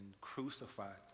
crucified